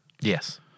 Yes